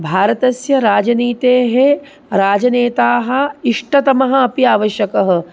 भारतस्य राजनीतेः राजनेताः इष्टतमः अपि आवश्यकः